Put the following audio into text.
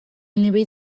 nivell